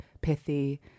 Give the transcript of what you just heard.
pithy